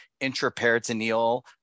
intraperitoneal